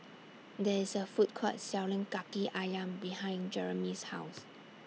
There IS A Food Court Selling Kaki Ayam behind Jeromy's House